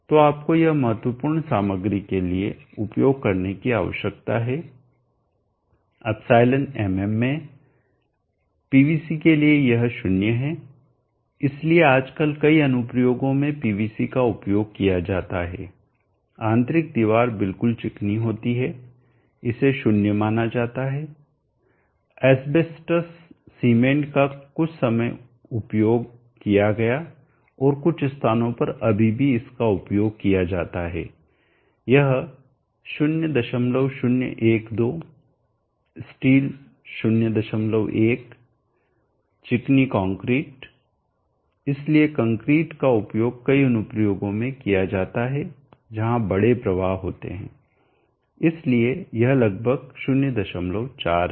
तो आपको यह महत्वपूर्ण सामग्री के लिए उपयोग करने की आवश्यकता है ε mm में पीवीसी के लिए यह 0 है इसलिए आजकल कई अनुप्रयोगों में पीवीसी का उपयोग किया जाता है आंतरिक दीवार बिल्कुल चिकनी होती है इसे 0 माना जा सकता है एस्बेस्टस सीमेंट का कुछ समय का उपयोग किया और कुछ स्थानों पर अभी भी इसका उपयोग किया जाता है यह 0012 स्टील 01 चिकनी कंक्रीट इसलिए कंक्रीट का उपयोग कई अनुप्रयोगों में किया जाता है जहां बड़े प्रवाह होते हैं इसलिए यह लगभग 04 है